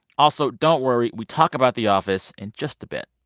also, don't worry we talk about the office in just a bit